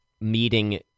meeting